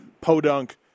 podunk